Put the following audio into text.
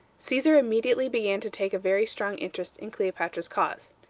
caesar immediately began to take a very strong interest in cleopatra's cause.